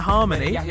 Harmony